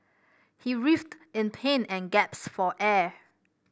he writhed in pain and gasped for air